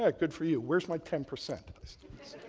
ah good for you, where's my ten percent?